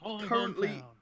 currently